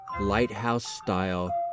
lighthouse-style